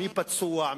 מי פצוע,